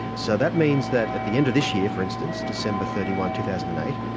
so that means that at the end of this year for instance, december thirty one, two thousand and eight,